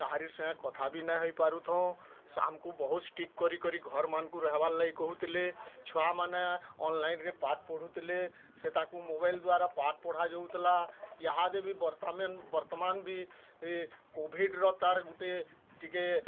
କାହାରି ସାଙ୍ଗେ କଥାବି ନାଇଁ ହେଇ ପାରୁଥାଉ ଆମକୁ ବହୁତ ଷ୍ଟ୍ରିକ୍ଟ କରିକରି ଘରମାନକୁ ରହେବାର୍ ଲାଗି କହୁଥିଲେ ଛୁଆମାନେ ଅନଲାଇନ୍ରେ ପାଠ୍ ପଢ଼ୁଥିଲେ ସେ ତାକୁ ମୋବାଇଲ୍ ଦ୍ଵାରା ପାଠ୍ ପଢ଼ାଯାଉଥିଲା ଇହାଦେ ବି ବର୍ତ୍ତମାନ ବର୍ତ୍ତମାନ ବି ଇଏ କୋଭିଡ଼୍ର ତା'ର ଗୋଟେ ଟିକେ